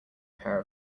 pair